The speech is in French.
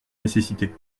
nécessité